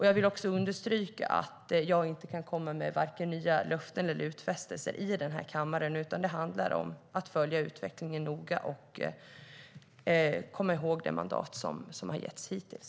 Jag vill även understryka att jag inte kan komma med vare sig nya löften eller nya utfästelser i den här kammaren. Det handlar i stället om att följa utvecklingen noga och komma ihåg det mandat som har getts hittills.